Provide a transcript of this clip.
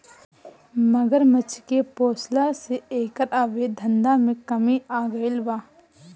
मगरमच्छ के पोसला से एकर अवैध धंधा में कमी आगईल बा